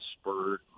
spurred